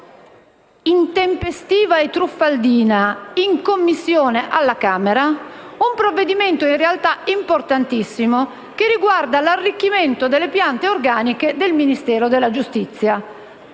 intempestiva e truffaldina, un provvedimento in realtà importantissimo, che riguarda l'arricchimento delle piante organiche del Ministero della giustizia.